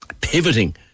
pivoting